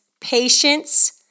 patience